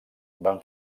van